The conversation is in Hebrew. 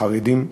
חרדים,